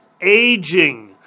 aging